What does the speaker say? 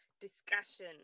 discussion